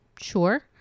Sure